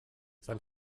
sein